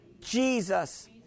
Jesus